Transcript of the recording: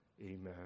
amen